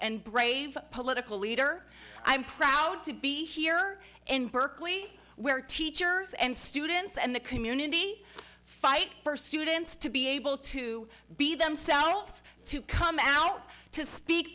and brave political leader i'm proud to be here in berkeley where teachers and students and the community fight first students to be able to be themselves to come out to speak